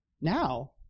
now